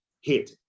hit